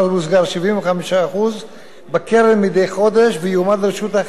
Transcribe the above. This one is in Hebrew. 75% בקרן מדי חודש ויועמד לרשות החייל רק